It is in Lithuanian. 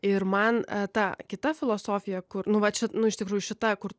ir man ta kita filosofija kur nu va čia nu iš tikrųjų šita kur